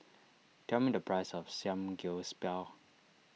tell me the price of Samgyeopsal